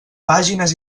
pàgines